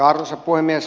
arvoisa puhemies